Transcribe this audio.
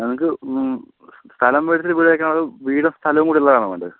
നിങ്ങൾക്ക് സ്ഥലം വരുന്ന വീടായിരിക്കണോ അതോ വീടും സ്ഥലവും കൂടി ഉള്ളതാണോ വേണ്ടത്